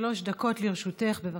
שלוש דקות לרשותך, בבקשה.